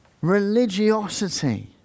religiosity